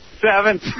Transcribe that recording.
seven